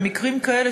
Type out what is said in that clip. במקרים כאלה,